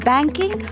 Banking